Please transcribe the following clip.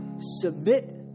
Submit